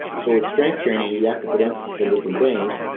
so with strength training you have to put emphasis on different things,